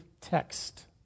text